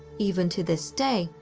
even to this day,